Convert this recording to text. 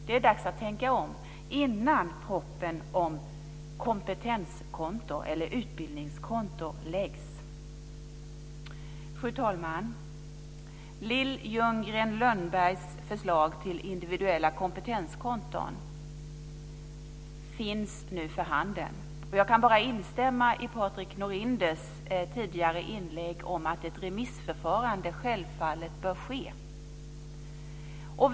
Det är dags att tänka om - innan propositionen om kompetenskonto eller utbildningskonto läggs fram. Fru talman! Lil Ljunggren-Lönnbergs förslag till individuella kompetenskonton finns nu för handen. Jag kan bara instämma i Patrik Norinders tidigare inlägg vad gäller att ett remissförfarande självfallet bör genomföras.